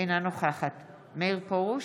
אינה נוכחת מאיר פרוש,